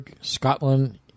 Scotland